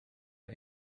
are